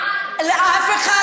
אנחנו,